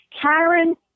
Karen